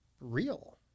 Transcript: real